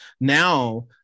now